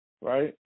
right